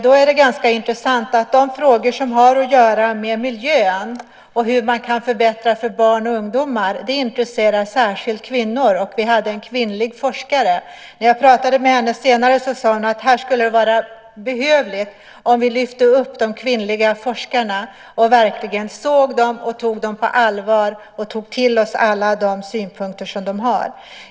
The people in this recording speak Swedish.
Då är det ganska intressant att de frågor som har att göra med miljön och hur man kan förbättra för barn och ungdomar särskilt intresserar kvinnor. Vi hade en kvinnlig forskare här. När jag pratade med henne senare sade hon att det skulle vara behövligt om vi lyfte upp de kvinnliga forskarna och verkligen såg dem, tog dem på allvar och tog till oss alla de synpunkter som de har.